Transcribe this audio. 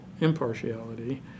impartiality